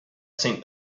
saint